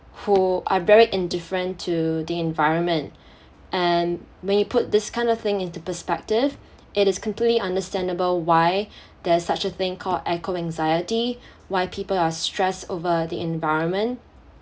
who are very indifferent to the environment and when you put this kind of thing into perspective it is completely understandable why there's such a thing called eco-anxiety why people are stressed over the environment